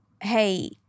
hey